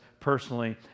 Personally